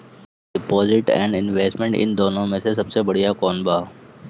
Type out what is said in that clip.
Deposit and investment इन दुनो मे से सबसे बड़िया कौन बा?